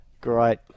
Great